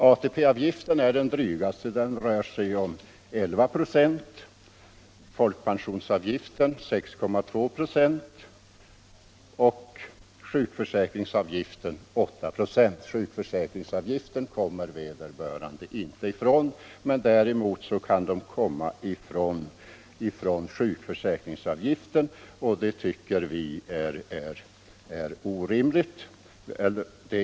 ATP-avgiften är den drygaste. avgifter på upp Den rör sig om 11 96, medan folkpensionsavgiften är 6,2 96 och sjuk — dragsinkomster försäkringsavgiften 8 96. Sjukförsäkringsavgiften kommer vederbörande — m.m. inte ifrån, men däremot kan de slippa undan pensionsavgiften, och det tycker vi är orimligt.